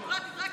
אדרבא ואדרבא.